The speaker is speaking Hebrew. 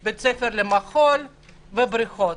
בתי ספר למחול ואת הבריכות.